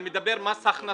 אני מדבר על מס הכנסה.